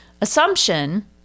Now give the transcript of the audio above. assumption